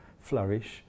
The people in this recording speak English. flourish